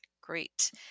Great